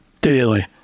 daily